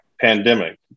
pandemic